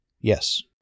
Yes